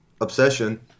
obsession